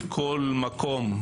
בכל מקום,